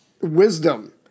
wisdom